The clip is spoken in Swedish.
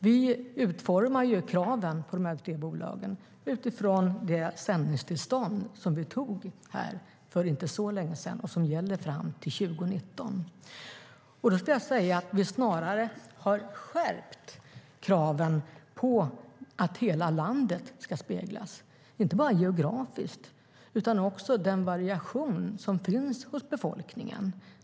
Vi utformar kraven på de tre bolagen utifrån det sändningstillstånd vi antog för inte så länge sedan och som gäller fram till 2019, och jag skulle säga att vi snarare har skärpt kraven på att hela landet ska speglas. Det gäller inte bara geografiskt utan även den variation som finns hos befolkningen.